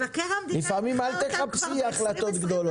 לפעמים אל תחפשי החלטות גדולות,